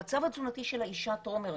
המצב התזונתי של האישה טרום הריון,